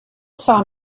saw